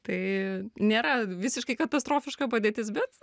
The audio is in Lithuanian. tai nėra visiškai katastrofiška padėtis bet